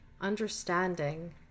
understanding